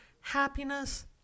happiness